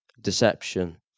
deception